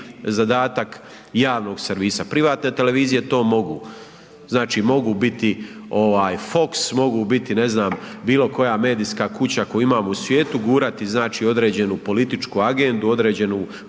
zadatak javnog servisa, privatne televizije to mogu, znači mogu biti ovaj FOX, mogu biti ne znam bilo koja medijska kuća koju imamo u svijetu, gurati znači određenu političku agendu, određenu